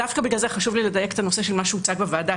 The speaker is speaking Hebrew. דווקא בגלל זה חשוב לי לדייק את מה שהוצג בוועדה.